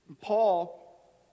Paul